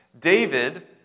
David